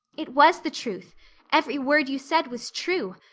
it was the truth every word you said was true.